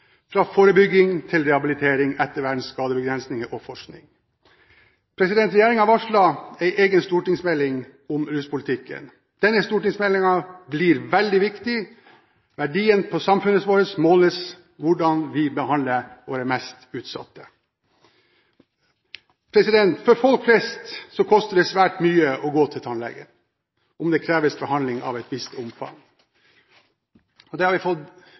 fra forebygging til rehabilitering, ettervern, skadebegrensning og forskning. Regjeringen har varslet en egen stortingsmelding om ruspolitikken. Denne stortingsmeldingen blir veldig viktig. Verdien på samfunnet vårt måles i hvordan vi behandler våre mest utsatte. For folk flest koster det svært mye å gå til tannlegen om det kreves behandling av et visst omfang. Det har vi nylig fått